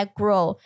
grow